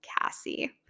cassie